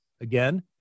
Again